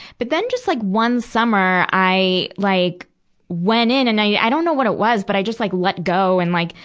but then, just like, one summer, i like went in. and i don't know what it was, but i just like, let go and like,